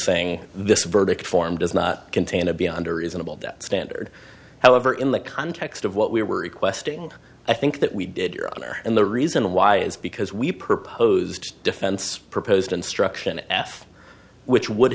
saying this verdict form does not contain a beyond a reasonable doubt standard however in the context of what we were requesting i think that we did your honor and the reason why is because we proposed defense proposed instruction f which would